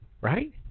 Right